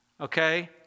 Okay